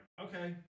okay